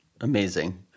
Amazing